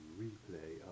replay